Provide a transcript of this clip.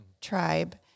tribe